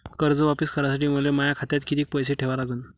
कर्ज वापिस करासाठी मले माया खात्यात कितीक पैसे ठेवा लागन?